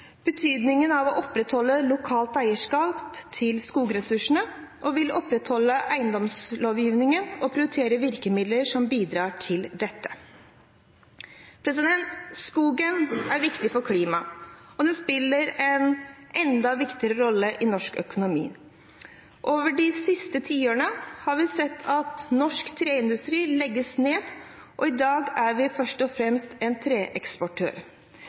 betydningen av å opprettholde lokalt eierskap til skogressursene, og vil opprettholde eiendomslovgivningen og prioritere virkemidler som bidrar til dette. Skogen er viktig for klimaet, og den spiller en enda viktigere rolle i norsk økonomi. Over de siste tiårene har vi sett at norsk treindustri legges ned, og i dag er vi først og fremst en treeksportør.